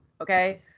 okay